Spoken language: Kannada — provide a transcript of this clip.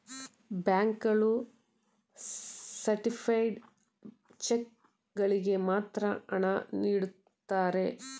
ಬ್ಯಾಂಕ್ ಗಳು ಸರ್ಟಿಫೈಡ್ ಚೆಕ್ ಗಳಿಗೆ ಮಾತ್ರ ಹಣ ನೀಡುತ್ತಾರೆ